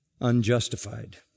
unjustified